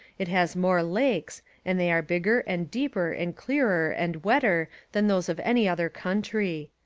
it has more lakes and they are bigger and deeper and clearer and wetter than those of any other country.